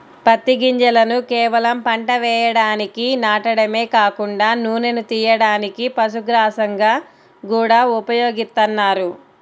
పత్తి గింజలను కేవలం పంట వేయడానికి నాటడమే కాకుండా నూనెను తియ్యడానికి, పశుగ్రాసంగా గూడా ఉపయోగిత్తన్నారు